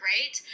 Right